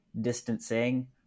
distancing